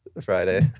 Friday